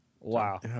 Wow